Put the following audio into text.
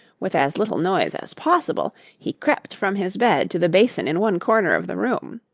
with as little noise as possible, he crept from his bed to the basin in one corner of the room.